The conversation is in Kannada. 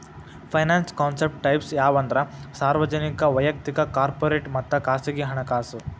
ಫೈನಾನ್ಸ್ ಕಾನ್ಸೆಪ್ಟ್ ಟೈಪ್ಸ್ ಯಾವಂದ್ರ ಸಾರ್ವಜನಿಕ ವಯಕ್ತಿಕ ಕಾರ್ಪೊರೇಟ್ ಮತ್ತ ಖಾಸಗಿ ಹಣಕಾಸು